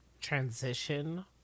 transition